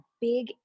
big